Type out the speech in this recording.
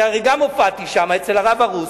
הרי גם אני הופעתי שם אצל הרב ערוסי,